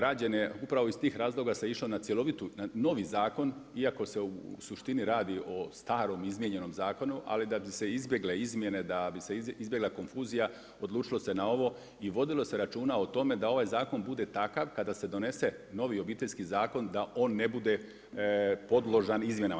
Rađen je, upravo iz tih razloga se išlo na cjelovitu, na novi zakon iako se u suštini radi o starom, izmijenjenom zakonu ali da bi se izbjegle izmjene, da bi se izbjegla konfuzija odlučilo se na ovo i vodilo se računa o tome da ovaj zakon bude takav, kada se donese novi Obiteljski zakon da on ne bude podložan izmjenama.